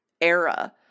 era